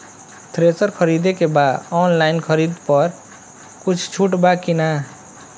Thresher खरीदे के बा ऑनलाइन खरीद पर कुछ छूट बा कि न?